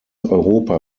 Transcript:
europa